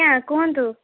ଆଜ୍ଞା କୁହନ୍ତୁ